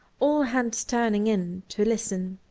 all hands turning in to listen.